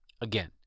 Again